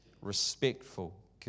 respectful